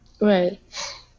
Right